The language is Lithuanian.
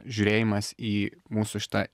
žiūrėjimas į mūsų šitą